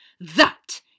That